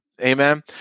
Amen